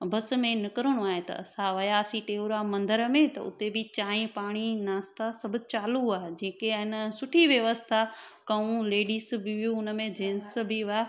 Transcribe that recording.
बस में निकिरणो आहे असां वियासीं टेऊराम मंदर में त हुते बि चांहि पाणी नाश्ता सभु चालू आहे जेके आहे न सुठी व्यवस्था कयूं लेडीस बि उन में जैंट्स बि हुआ